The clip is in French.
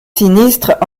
sinistres